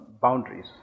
boundaries